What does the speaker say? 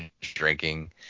drinking